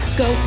go